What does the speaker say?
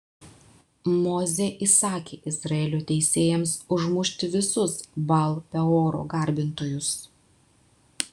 mozė įsakė izraelio teisėjams užmušti visus baal peoro garbintojus